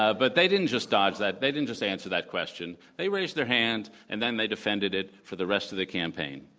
ah but they didn't just dodge that. they didn't just answer that question. they raised their hand, and then they defended it for the rest of the campaign.